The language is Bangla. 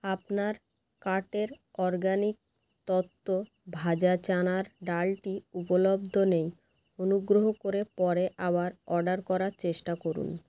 আপনার কার্টের অরগ্যানিক তত্ত্ব ভাজা চানার ডালটি উপলব্ধ নেই অনুগ্রহ করে পরে আবার অর্ডার করার চেষ্টা করুন